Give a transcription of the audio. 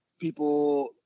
people